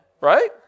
Right